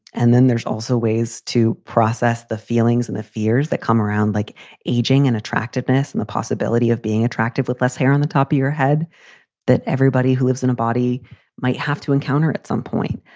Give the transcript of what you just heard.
and then there's also ways to process the feelings and the fears that come around, like aging and attractiveness and the possibility of being a a track. with less hair on the top of your head that everybody who lives in a body might have to encounter at some point,